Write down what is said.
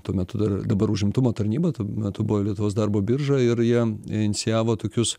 tuo metu dar dabar užimtumo tarnybos tuo metu buvo lietuvos darbo birža ir jie inicijavo tokius